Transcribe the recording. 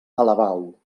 alabau